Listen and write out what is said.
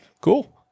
cool